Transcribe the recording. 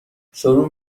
شروع